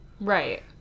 Right